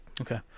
Okay